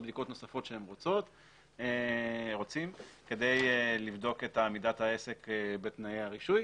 בדיקות נוספות שהם רוצים כדי לבדוק את עמידת העסק בתנאי הרישוי.